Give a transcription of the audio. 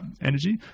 energy